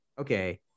okay